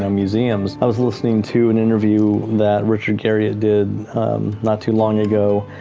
um museums. i was listening to an interview that richard garriott did not too long ago,